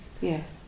Yes